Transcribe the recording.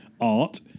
art